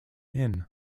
inn